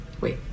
Wait